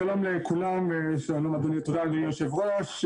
שלום לכולם, שלום לאדוני היושב ראש.